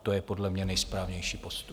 To je podle mě nejsprávnější postup.